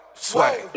Sway